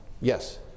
Yes